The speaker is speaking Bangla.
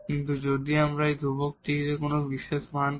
কিন্তু যদি আমরা এই ধ্রুবকটিকে কোন বিশেষ মান দিই